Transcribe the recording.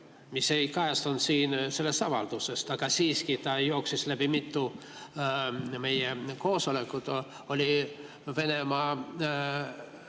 mis ei kajastunud selles avalduses, aga siiski jooksis läbi mitmel meie koosolekul, oli Venemaa